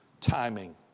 timing